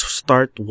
start